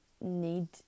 need